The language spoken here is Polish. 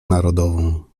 narodową